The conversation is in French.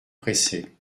pressés